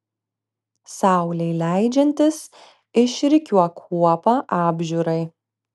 saulei leidžiantis išrikiuok kuopą apžiūrai